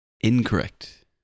Incorrect